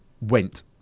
went